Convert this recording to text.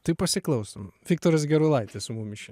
tai pasiklausom viktoras gerulaitis su mumis čia